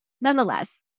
Nonetheless